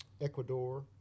Ecuador